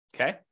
Okay